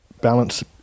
balance